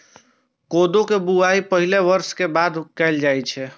कोदो के बुआई पहिल बर्षा के बाद कैल जाइ छै